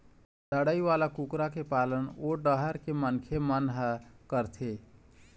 लड़ई वाला कुकरा के पालन ओ डाहर के मनखे मन ह करथे